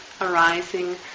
arising